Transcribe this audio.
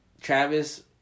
Travis